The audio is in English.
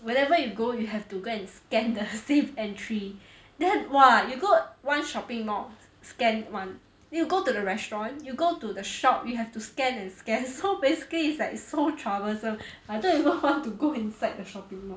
wherever you go you have to go and scan the safe entry then !wah! you go one shopping mall scan [one] then you go to the restaurant you go to the shop you have to scan and scan so basically it's like so troublesome I don't even want to go inside the shopping mall